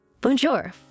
Bonjour